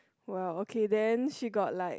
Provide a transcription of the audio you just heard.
well okay then she got like